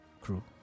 crew